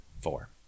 Four